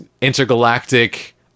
intergalactic